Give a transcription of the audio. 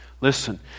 Listen